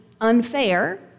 unfair